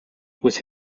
with